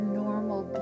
normal